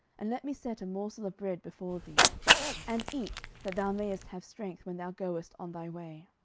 and let me set a morsel of bread before thee and eat, that thou mayest have strength, when thou goest on thy way.